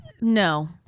No